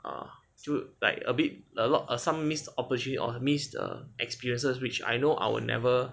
err like a bit a lot err some missed opportunity or missed err experiences which I know I will never